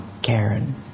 Karen